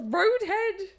roadhead